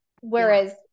Whereas